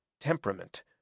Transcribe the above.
temperament